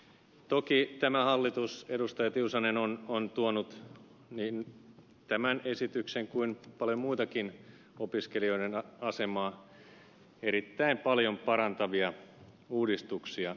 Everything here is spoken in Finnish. toki tämä hallitus perustee tiusanen on on tuonut niin tämän esityksen kuin paljon muitakin opiskelijoiden asemaa erittäin paljon parantavia uudistuksia